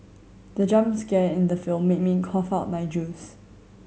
the jump scare in the film made me cough out my juice